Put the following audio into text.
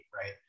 right